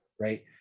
Right